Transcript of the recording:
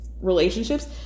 relationships